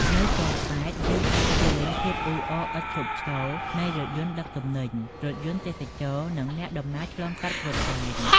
នៅប៉ោយប៉ែត យើងអាចឃើញ ភាពអ៊ូអរឥតឈប់ឈរ នៃរថយន្តដឹកទំនិញ រថយន្តទេសចរណ៍ និងអ្នកដំណើរឆ្លងកាត់ព្រំដែន។